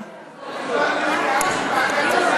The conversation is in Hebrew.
נא לשבת.